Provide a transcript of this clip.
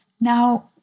now